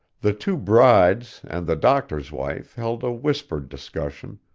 the two brides and the doctor's wife held a whispered discussion,